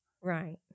right